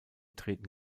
treten